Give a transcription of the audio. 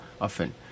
often